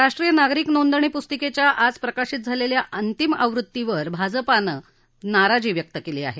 राष्ट्रीय नागरिक नोंदणी पुस्तिकेच्या आज प्रकाशित झालेल्या अंतिम आवृत्तीवर भाजपानं नाराजी व्यक्त केली आहे